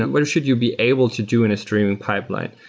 when should you be able to do and a stream pipeline?